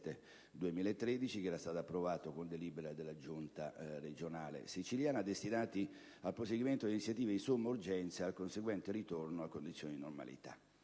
2007-2013, approvato con delibera della Giunta regionale siciliana, destinati al proseguimento delle iniziative di somma urgenza e al conseguente ritorno alle condizioni di normalità.